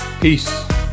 Peace